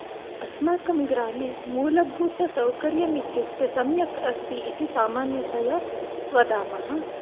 अस्माकं ग्रामे मूलभूतसौकर्यम् इत्युक्ते सम्यक् अस्ति इति सामन्यतया वदामः